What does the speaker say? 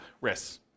risks